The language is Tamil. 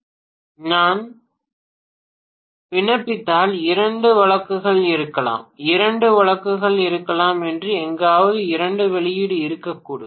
மாணவர் நான் 3511 க்கு விண்ணப்பித்தால் இரண்டு வழக்குகள் இருக்கலாம் இரண்டு வழக்குகள் இருக்கலாம் மற்றும் எங்காவது இரண்டு வெளியீடு இருக்கக்கூடும்